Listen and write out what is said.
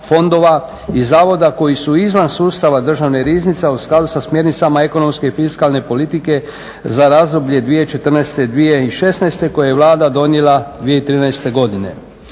fondova i zavoda koji su izvan sustava Državne riznice, a u skladu sa smjernicama ekonomske i fiskalne politike za razdoblje 2014./2016. koji je Vlada donijela 2013. godine.